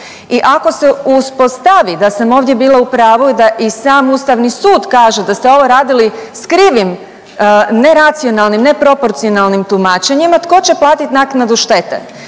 I ako se uspostavi da sam ovdje bila u pravu da i sam Ustavni sud kaže da ste ovo radili sa krivim neracionalnim, neproporcionalnim tumačenjima tko će platiti naknadu štete.